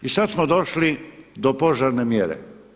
I sada smo došli do požarne mjere.